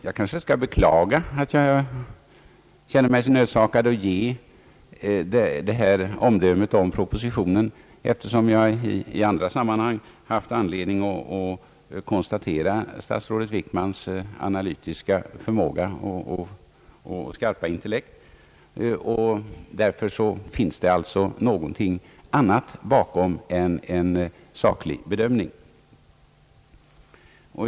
Jag beklagar att jag känner mig nödsakad att avge ett sådant omdöme om propositionen, eftersom jag i andrå sammanhang haft anledning att konstatera statsrådet Wickmans analytiska förmåga och skarpa intellekt. Därför finns det alltså något annat i bakgrunden än sakliga bedömningar.